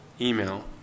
email